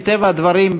מטבע הדברים,